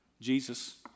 Jesus